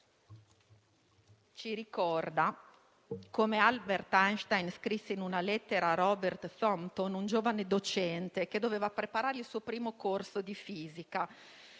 dell'umanesimo, Albert Einstein scrisse una lettera a Robert Thornton, un giovane docente che doveva preparare il suo primo corso di fisica